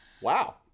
wow